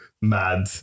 mad